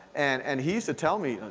and and he used to tell me,